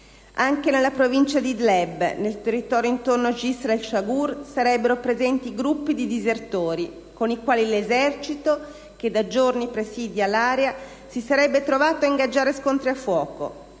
Anche nella provincia di Idleb, nel territorio intorno a Jisr al-Shagour, sarebbero presenti gruppi di disertori con i quali l'Esercito, che da giugno presidia l'area, si sarebbe trovato a ingaggiare scontri a fuoco.